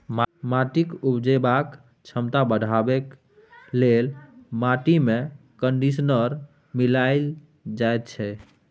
माटिक उपजेबाक क्षमता बढ़ेबाक लेल माटिमे कंडीशनर मिलाएल जाइत छै